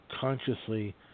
consciously